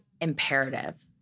imperative